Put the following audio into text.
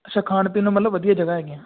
ਅੱਛਾ ਖਾਣ ਪੀਣ ਨੂੰ ਮਤਲਬ ਵਧੀਆ ਜਗ੍ਹਾ ਹੈਗੀਆਂ